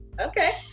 Okay